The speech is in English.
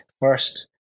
first